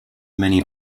many